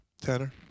Tanner